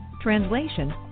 translation